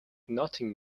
nothing